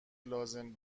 لازم